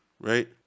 right